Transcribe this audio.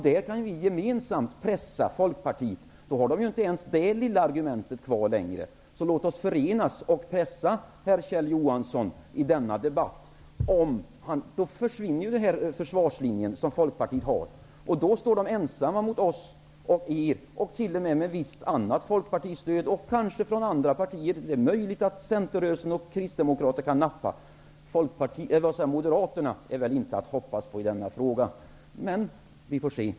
Därmed försvinner den försvarslinje som Folkpartiet har. Så låt oss förenas och pressa herr Kjell Johansson i denna debatt! Folkpartiet står då ensamt mot oss och er. Kanske får vi stöd från andra partier. Det är möjligt att centerrörelsen och kristdemokrater kan nappa. Moderaterna är väl inte att hoppas på i denna fråga.